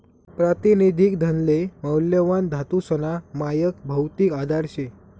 प्रातिनिधिक धनले मौल्यवान धातूसना मायक भौतिक आधार शे